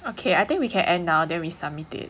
okay I think we can end now then we submit it